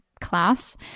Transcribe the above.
class